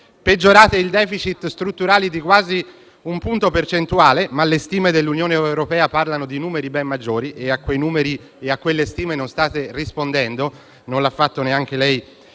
peggiorate il *deficit* strutturale di quasi un punto percentuale, ma le stime dell'Unione europea parlano di numeri e stime ben maggiori, cui voi non state rispondendo (non lo ha fatto oggi neanche lei,